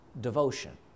devotion